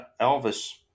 Elvis